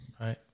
Right